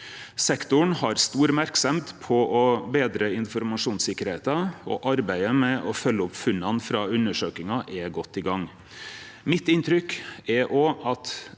Sektoren har stor merksemd på å betre informasjonssikkerheita, og arbeidet med å følgje opp funna frå undersøkinga er godt i gang. Mitt inntrykk er at